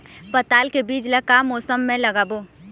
पताल के बीज ला का मौसम मे लगाबो?